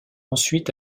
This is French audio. ensuite